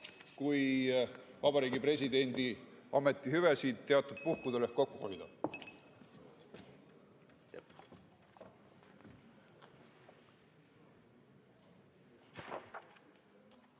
kui Vabariigi Presidendi ametihüvesid teatud puhkudel saab kokku hoida.